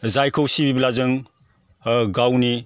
जायखौ सिबिब्ला जों ओ गावनि